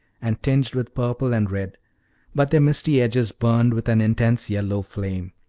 and tinged with purple and red but their misty edges burned with an intense yellow flame.